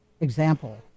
example